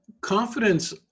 confidence